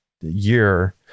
year